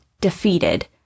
defeated